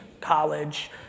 college